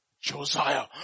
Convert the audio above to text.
Josiah